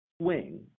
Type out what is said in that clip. swing